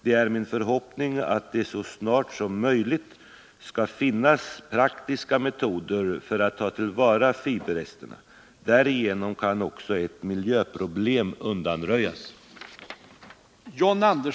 Det är min förhoppning att det så snart som möjligt skall finnas praktiska metoder för att ta till vara fiberresterna. Därigenom kan också ett miljöproblem undanröjas.